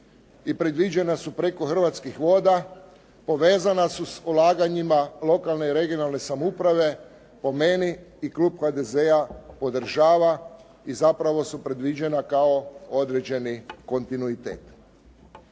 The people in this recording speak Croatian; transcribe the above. predviđena su preko Hrvatskih voda povezana su s ulaganjima lokalne i regionalne samouprave, po meni i klub HDZ-a podržava i zapravo su predviđena kao određeni kontinuitet.